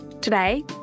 Today